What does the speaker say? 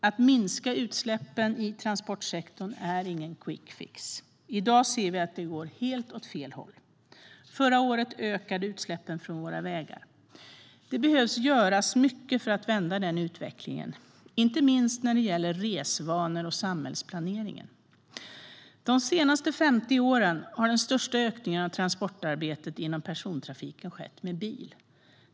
Att minska utsläppen i transportsektorn är dock ingen quickfix. I dag ser vi att det går åt helt fel håll. Förra året ökade utsläppen från våra vägar. Det behöver göras mycket för att vända den utvecklingen, inte minst när det gäller resvanor och samhällsplaneringar. Under de senaste 50 åren har den största ökningen av transportarbetet inom persontrafiken skett med bil.